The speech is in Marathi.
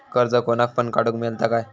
कर्ज कोणाक पण काडूक मेलता काय?